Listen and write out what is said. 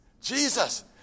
Jesus